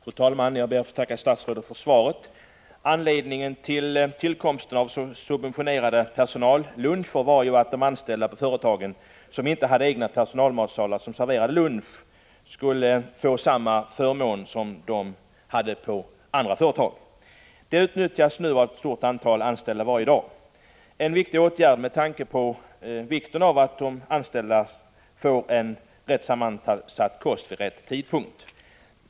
Fru talman! Jag ber att få tacka statsrådet för svaret. Anledningen till tillkomsten av subventionerade personalluncher var att de anställda i företag som inte hade egna personalmatsalar som serverade lunch skulle få samma förmån som anställda på andra företag hade. Det utnyttjas nu av ett stort antal anställda varje dag, och det är en viktig åtgärd med tanke på vikten av att de anställda får rätt sammansatt kost vid rätt tidpunkt.